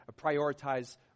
prioritize